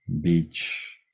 beach